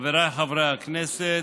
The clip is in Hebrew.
חבריי חברי הכנסת,